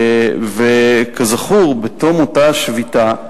וכזכור, בתום אותה שביתה,